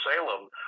Salem